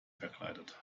verkleidet